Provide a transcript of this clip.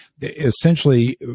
Essentially